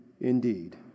indeed